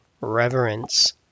reverence